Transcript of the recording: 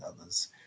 others